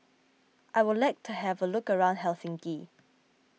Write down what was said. I would like to have a look around Helsinki